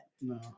no